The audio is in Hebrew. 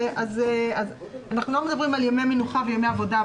אנחנו לא מדברים על ימי מנוחה וימי עבודה,